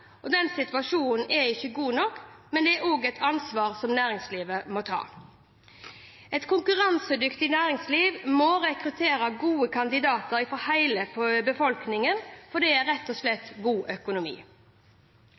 situasjonen er ikke god nok, men det er også et ansvar som næringslivet må ta. Et konkurransedyktig næringsliv må rekruttere gode kandidater fra hele befolkningen, for det er rett og